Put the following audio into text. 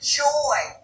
joy